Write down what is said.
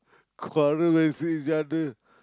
quarrel when see each other